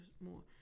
more